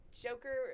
Joker